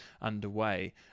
underway